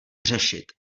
řešit